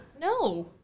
no